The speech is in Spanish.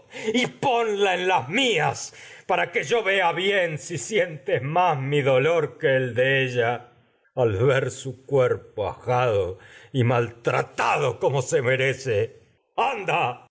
y ponía en las mías para que yo vea bien si sientes más mi dolor que el de ella al ver su cuerpo ajado ten y maltratado como se merece anda